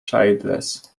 childless